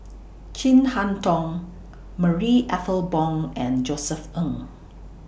Chin Harn Tong Marie Ethel Bong and Josef Ng